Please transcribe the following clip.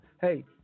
Hey